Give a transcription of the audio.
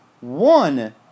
One